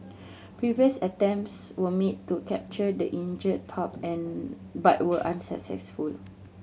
previous attempts were made to capture the injured pup and but were unsuccessful